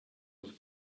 with